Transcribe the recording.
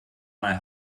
mal